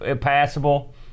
passable